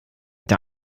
der